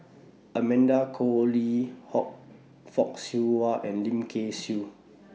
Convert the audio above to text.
Amanda Koe Lee Hock Fock Siew Wah and Lim Kay Siu